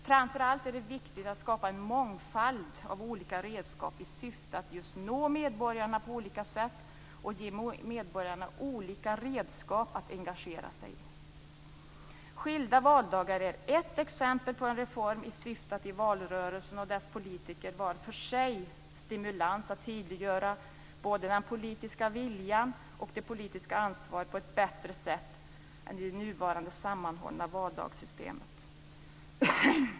Framför allt är det viktigt att skapa en mångfald av olika redskap i syfte att just nå medborgarna på olika sätt och ge medborgarna olika redskap för att engagera sig. Skilda valdagar är ett exempel på en reform i syfte att ge valrörelsen och dess politiker var för sig stimulans att tydliggöra både den politiska viljan och det politiska ansvaret på ett bättre sätt än i det nuvarande sammanhållna valdagssystemet.